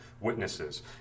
witnesses